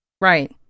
Right